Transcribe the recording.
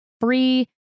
free